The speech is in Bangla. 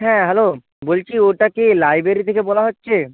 হ্যাঁ হ্যালো বলছি ওটা কি লাইব্রেরি থেকে বলা হচ্ছে